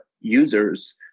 users